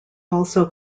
also